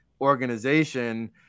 organization